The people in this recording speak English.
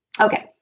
Okay